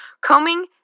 combing